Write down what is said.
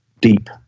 deep